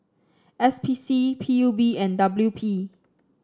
S P C P U B and W P